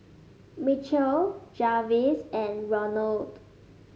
Michell Jarvis and Ronald